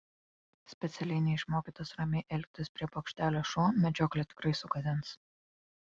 specialiai neišmokytas ramiai elgtis prie bokštelio šuo medžioklę tikrai sugadins